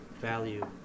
value